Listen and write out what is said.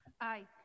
Aye